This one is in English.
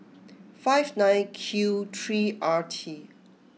five nine Q three R T